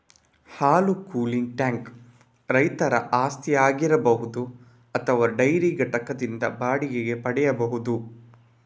ಹಾಲು cooling tank ರೈತರ ಆಸ್ತಿಯಾಗಿರಬಹುದು ಅಥವಾ ಡೈರಿ ಘಟಕದಿಂದ ಬಾಡಿಗೆಗೆ ಪಡೆಯಬಹುದು